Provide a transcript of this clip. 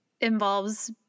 involves